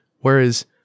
whereas